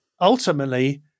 ultimately